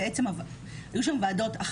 היו שם שתי ועדות,